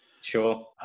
Sure